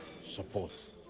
support